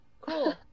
cool